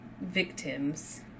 victims